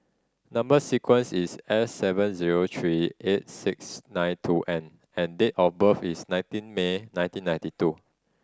number sequence is S seven zero three eight six nine two N and date of birth is nineteen May nineteen ninety two